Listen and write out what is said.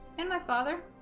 and my father